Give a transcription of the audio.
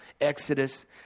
Exodus